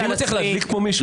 אני מצליח להדליק פה מישהו?